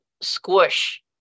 squish